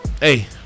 hey